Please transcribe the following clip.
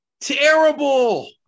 terrible